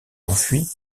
enfui